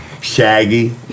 Shaggy